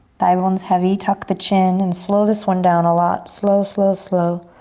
thigh bones heavy, tuck the chin, and slow this one down a lot. slow, slow, slow.